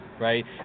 right